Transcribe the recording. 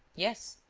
yes.